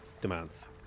demands